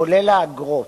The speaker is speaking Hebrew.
כולל האגרות,